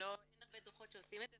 ואין הרבה דו"חות שעושים את זה,